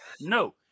no